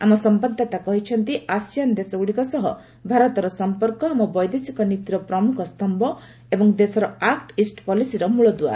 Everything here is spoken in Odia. ଆମ ସମ୍ଭାଦଦାତା କହିଛନ୍ତି ଆସିଆନ୍ ଦେଶଗୁଡ଼ିକ ସହ ଭାରତର ସମ୍ପର୍କ ଆମ ବୈଦେଶିକ ନୀତିର ପ୍ରମୁଖ ସ୍ତମ୍ଭ ଏବଂ ଦେଶର ଆକୁ ଇଷ୍ଟ ପଲିସିର ମୂଳଦୁଆ